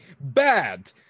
Bad